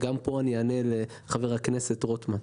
ואני רוצה גם לענות לחבר הכנסת רוטמן.